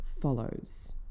follows